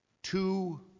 Two